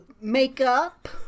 makeup